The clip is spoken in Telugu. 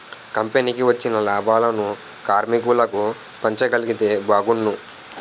కంపెనీకి వచ్చిన లాభాలను కార్మికులకు పంచగలిగితే బాగున్ను